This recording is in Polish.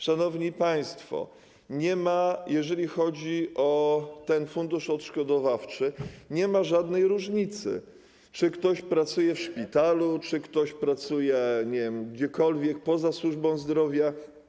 Szanowni państwo, jeżeli chodzi o ten fundusz odszkodowawczy, nie ma żadnej różnicy, czy ktoś pracuje w szpitalu, czy ktoś pracuje, nie wiem, gdziekolwiek poza służbą zdrowia.